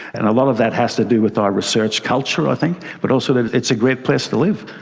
and a lot of that has to do with our research culture, i think. but also that it's a great place to live.